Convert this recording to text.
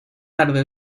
tarde